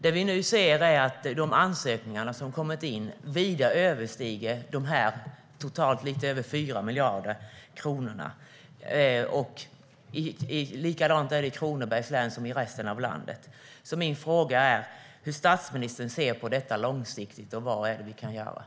Det vi nu ser är att de ansökningar som har kommit in vida överstiger de totalt lite över 4 miljarderna kronor. Likadant är det i Kronobergs län som i resten av landet. Hur ser statsministern på detta långsiktigt, och vad kan göras?